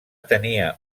tenia